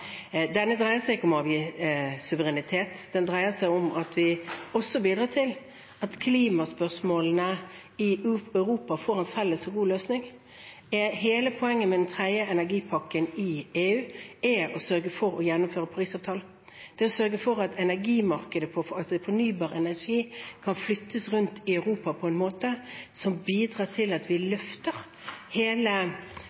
dreier seg ikke om å avgi suverenitet, den dreier seg om at vi også bidrar til at klimaspørsmålene i Europa får en felles og god løsning. Hele poenget med den tredje energipakken i EU er å sørge for å gjennomføre Parisavtalen. Det er å sørge for at energimarkedet med hensyn til fornybar energi kan flyttes rundt i Europa på en måte som bidrar til at vi